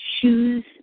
shoes